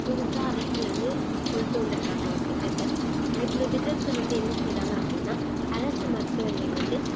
புதுசாக அரசுலிருந்து கொண்டு வந்திருக்காங்க ஒரு திட்டத்தை இந்த திட்டத்தில் வந்து என்ன செய்யுறாங்க அப்படின்னா அரசு மருத்துவர்கள் வந்து